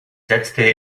setzte